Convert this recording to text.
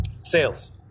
sales